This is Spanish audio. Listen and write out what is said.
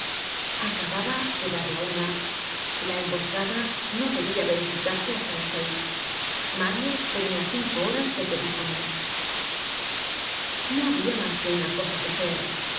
acababa de dar la una la emboscada no debia verificarse hasta las seis mario tenia cinco horas de que disponer no habia mas que una cosa que hacer